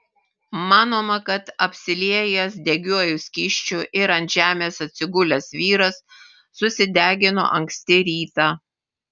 manoma kad apsiliejęs degiuoju skysčiu ir ant žemės atsigulęs vyras susidegino anksti rytą